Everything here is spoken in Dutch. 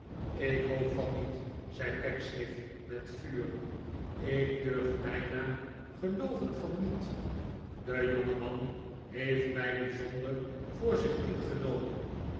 ik hoop van niet zei pecksniff met vuur lk durf bijna gelodven van niet de jongem an heeft mij bijzonder voor zich ingenomen